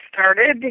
started